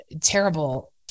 terrible